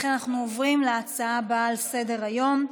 אנחנו עוברים להצעה הבאה על סדר-היום,